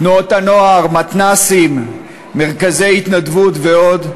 תנועות הנוער, מתנ"סים, מרכזי התנדבות ועוד.